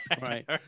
Right